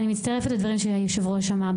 מצטרפת לדברים שיושב הראש אמר.